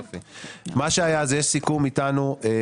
מה שהיה זה שיש סיכום איתנו.